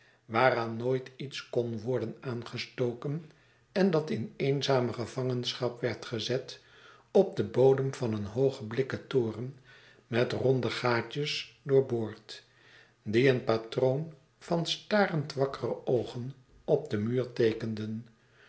waaraan nooit iets kon worden aangestoken en dat in eenzame gevangenschap werd gezet op den bodem van een hoogen blikken toren met ronde gaatjes doorboord die een patroon van starend wakkere oogen op den